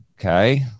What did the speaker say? Okay